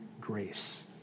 grace